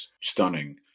stunning